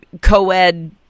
co-ed